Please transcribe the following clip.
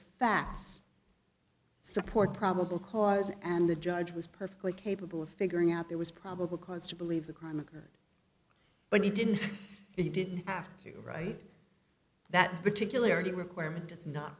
facts support probable cause and the judge was perfectly capable of figuring out there was probable cause to believe the crime occurred but he didn't he didn't have to write that particular day requirement it's not